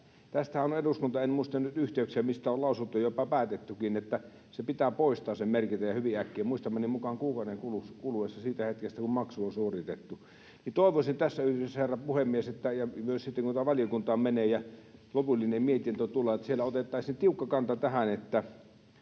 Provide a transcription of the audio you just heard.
on eduskunnassa — en muista nyt yhteyksiä, mistä on lausunto — jopa päätettykin, että se merkintä pitää poistaa ja hyvin äkkiä, muistamani mukaan kuukauden kuluessa siitä hetkestä, kun maksu on suoritettu. Toivoisin tässä yhteydessä, herra puhemies, ja myös sitten kun tämä valiokuntaan menee ja lopullinen mietintö tulee, että siellä otettaisiin tiukka kanta tähän, että